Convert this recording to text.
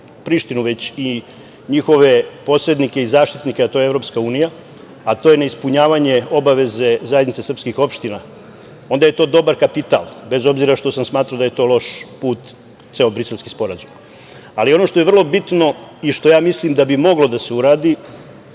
već i njihove posrednike i zaštitnike, a to je EU, a to je neispunjavanje obaveze zajednice srpskih opština, onda je to dobar kapital, bez obzira što sam smatrao da je to loš put, ceo Briselski sporazum. Ono što je vrlo bitno i što ja mislim da bi moglo da se uradi